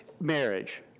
marriage